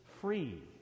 free